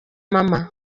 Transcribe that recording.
mama